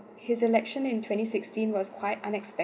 his election in twenty sixteen was quite unexpect~